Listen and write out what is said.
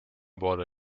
poole